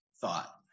thought